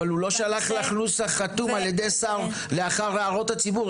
אבל הוא לא שלח לך נוסח חתום על ידי שר לאחר הערות הציבור.